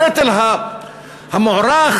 הנטל המוערך,